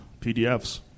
PDFs